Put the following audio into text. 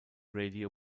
radio